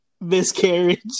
Miscarriage